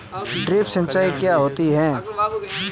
Drip सिंचाई क्या होती हैं?